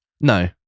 No